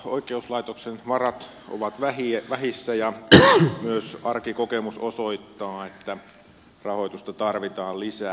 oikeuslaitoksen varat ovat vähissä ja myös arkikokemus osoittaa että rahoitusta tarvitaan lisää